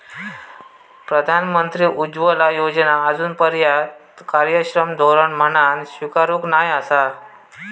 प्रधानमंत्री उज्ज्वला योजना आजूनपर्यात कार्यक्षम धोरण म्हणान स्वीकारूक नाय आसा